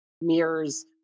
mirrors